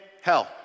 hell